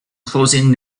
closing